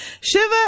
Shiva